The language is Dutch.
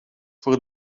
voor